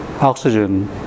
oxygen